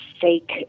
fake